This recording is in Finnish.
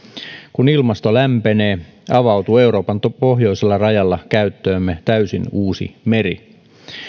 kun ilmasto lämpenee avautuu euroopan pohjoisella rajalla käyttöömme täysin uusi meri